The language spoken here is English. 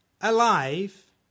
alive